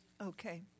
Okay